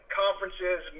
conferences